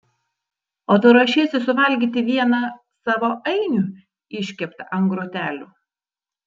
o tu ruošiesi suvalgyti vieną savo ainių iškeptą ant grotelių